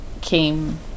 came